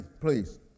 please